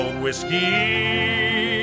whiskey